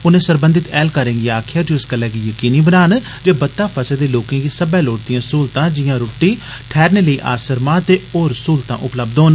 उनें सरबधत ऐहलकारें गी आखेआ जे ओह इस गल्लै गी यकीनी बनान जे बता फसे दे लोकें गी सब्बै लोड़चदिआ स्हूलता जिआ रूट्टी ठैहरने लेई आसरमा ते होर स्हूलता उपलब्ध होन